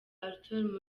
arthur